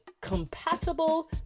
compatible